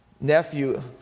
nephew